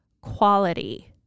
quality